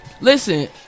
Listen